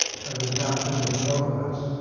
i would not permit robots.